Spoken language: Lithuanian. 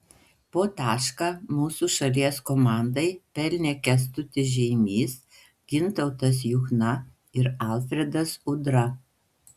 po tašką mūsų šalies komandai pelnė kęstutis žeimys gintautas juchna ir alfredas udra